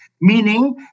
meaning